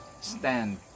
stand